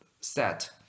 set